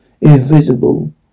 invisible